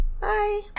Bye